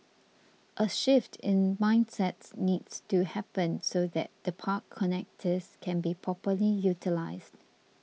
a shift in mindset needs to happen so that the park connectors can be properly utilised